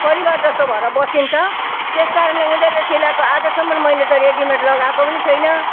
परिवार जस्तो भएर बसिन्छ त्यस कारणले उनीहरूले सिलाएको आजसम्म मैले त रेडिमेड लगाएको पनि छुइनँ